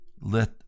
let